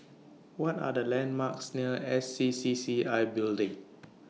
What Are The landmarks near S C C C I Building